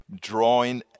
drawing